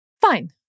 fine